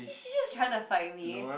he just tryna fight me